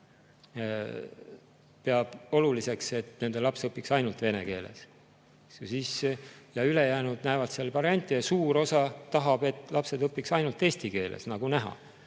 peab oluliseks, et nende laps õpiks ainult vene keeles, ülejäänud näevad seal variante ja suur osa tahab, et lapsed õpiksid ainult eesti keeles – nagu näha,